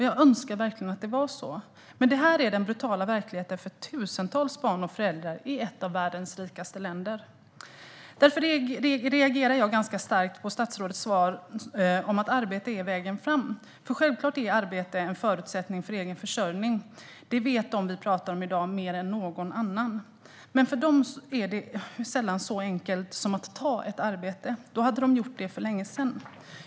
Jag önskar verkligen att det var så, men det här är den brutala verkligheten för tusentals barn och föräldrar i ett av världens rikaste länder. Därför reagerar jag ganska starkt på stadsrådets svar om att arbete är vägen fram. Självklart är arbete en förutsättning för egen försörjning. Det vet de vi pratar om i dag mer än några andra. Men för dem är det sällan så enkelt som att bara ta ett arbete. Då hade de gjort det för länge sedan.